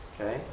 Okay